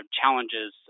challenges